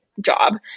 job